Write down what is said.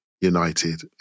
United